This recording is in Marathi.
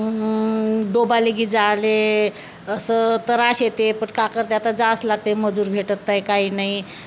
मग डोबालेगीजाले असं त्रास येते पण काय कर त्या आता जावं लागते मजूर भेटत नाही काही नाही